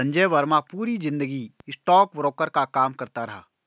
संजय वर्मा पूरी जिंदगी स्टॉकब्रोकर का काम करता रहा